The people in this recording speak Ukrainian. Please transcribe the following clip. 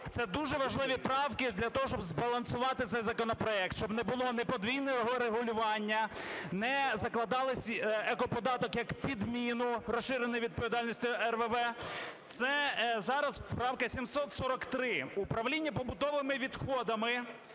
Це дуже важливі правки для того, щоб збалансувати цей законопроект, щоб не було ні подвійного регулювання, не закладались екоподаток як підміну розширеної відповідальності РВВ. Це зараз правка 743. Управління побутовими відходами